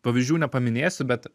pavyzdžių nepaminėsiu bet